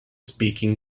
speaking